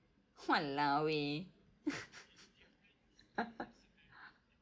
!walao! eh